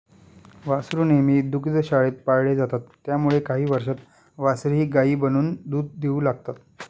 वासरू नेहमी दुग्धशाळेत पाळले जातात त्यामुळे काही वर्षांत वासरेही गायी बनून दूध देऊ लागतात